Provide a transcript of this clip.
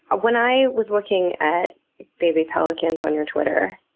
ah when i was looking at baby pelicans on your twitter,